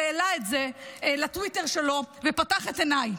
שהעלה את זה לטוויטר שלו ופתח את עיניי: